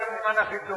זה הסימן הכי טוב,